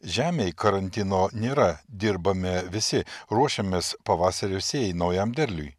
žemei karantino nėra dirbame visi ruošiamės pavasario sėjai naujam derliui